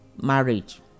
marriage